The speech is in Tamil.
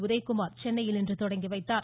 உதயகுமார் சென்னையில் இன்று தொடங்கி வைத்தார்